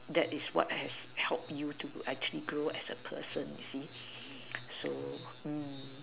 that is what has help you to actually grow as a person you see so